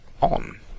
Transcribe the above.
on